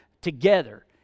together